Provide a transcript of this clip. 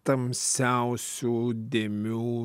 tamsiausių dėmių